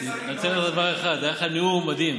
אני רוצה להגיד לך דבר אחד: היה לך נאום מדהים.